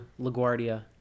LaGuardia